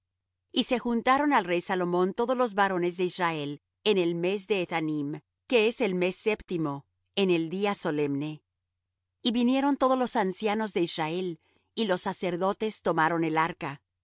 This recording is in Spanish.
y se juntaron al rey salomón todos los varones de israel en el mes de ethanim que es el mes séptimo en el día solemne y vinieron todos los ancianos de israel y los sacerdotes tomaron el arca y